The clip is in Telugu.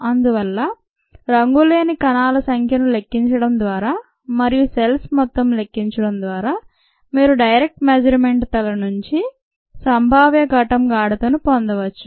అందువల్ల రంగు లేని కణాల సంఖ్యను లెక్కించడం ద్వారా మరియు సెల్స్ మొత్తం లెక్కించడం ద్వారా మీరు డైరెక్ట్ మెజర్మెంట్ తల నుంచి సంభావ్య ఘటం గాఢతను పొందవచ్చు